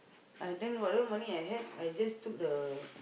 uh then whatever money I had I just took the